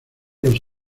los